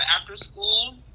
after-school